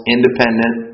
Independent